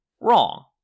wrong